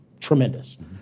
tremendous